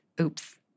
Oops